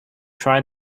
try